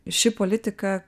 ši politika